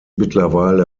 mittlerweile